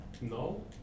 No